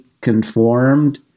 conformed